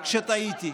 כשטעיתי,